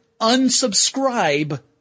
unsubscribe